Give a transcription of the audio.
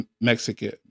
Mexican